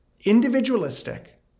individualistic